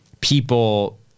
people